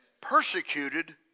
Persecuted